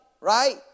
right